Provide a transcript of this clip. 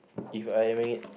If I